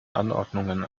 anordnungen